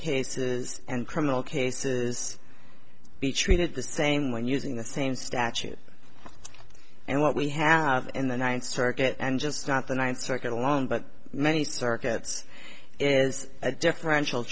cases and criminal cases be treated the same when using the same statute and what we have in the ninth circuit and just not the ninth circuit alone but many circuits is a differential